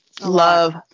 love